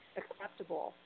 acceptable